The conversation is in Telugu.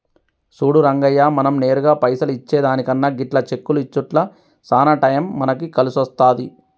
సూడు రంగయ్య మనం నేరుగా పైసలు ఇచ్చే దానికన్నా గిట్ల చెక్కులు ఇచ్చుట్ల సాన టైం మనకి కలిసొస్తాది